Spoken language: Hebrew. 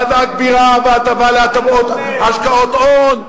מענק בירה והטבה להשקעות הון.